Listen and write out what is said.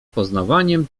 poznawaniem